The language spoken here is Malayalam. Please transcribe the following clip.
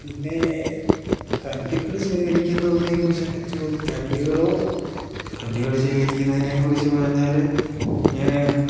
പിന്നെ കല്ലുകൾ ശേഖരിക്കുന്നതിനെ കുറിച്ചൊക്കെ ചോദി കല്ലുകളോ കല്ലുകൾ ശേഖരിക്കുന്നതിനെ കുറിച്ച് പറഞ്ഞാൽ ഞാൻ